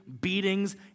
beatings